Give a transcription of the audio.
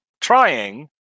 trying